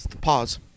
Pause